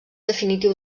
definitiu